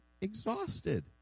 exhausted